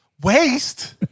Waste